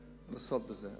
לעשות את זה.